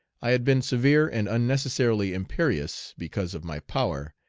i had been severe and unnecessarily imperious because of my power,